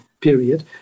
period